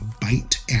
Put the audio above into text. bite